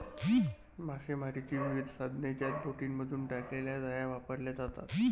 मासेमारीची विविध साधने ज्यात बोटींमधून टाकलेल्या जाळ्या वापरल्या जातात